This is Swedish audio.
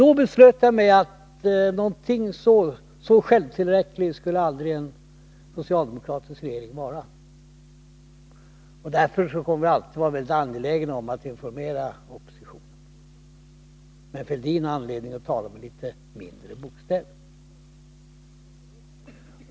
Då beslöt jag att så självtillräcklig skulle aldrig en socialdemokratisk regering vara. Därför kommer vi alltid att vara mycket angelägna om att informera oppositionen. Thorbjörn Fälldin har anledning att tala med litet mindre bokstäver.